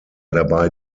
dabei